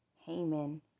Haman